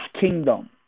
kingdom